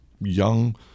young